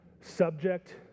Subject